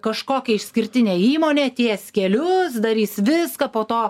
kažkokia išskirtinė įmonė ties kelius darys viską po to